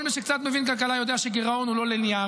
כל מי שקצת מבין כלכלה יודע שגירעון הוא לא לינארי.